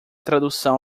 tradução